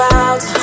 out